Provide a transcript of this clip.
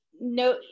no